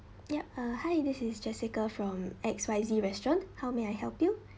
yup uh hi this is jessica from X Y Z restaurant how may I help you